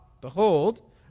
Behold